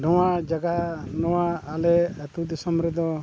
ᱱᱚᱣᱟ ᱡᱟᱭᱜᱟ ᱱᱚᱣᱟ ᱟᱞᱮ ᱟᱛᱳ ᱫᱤᱥᱚᱢ ᱨᱮᱫᱚ